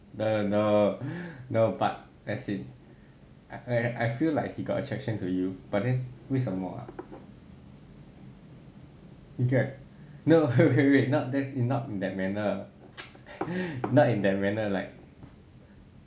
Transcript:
err no no but as in I I feel like he got attraction to you but then 为什么 you get no not that's not in that manner not in that manner like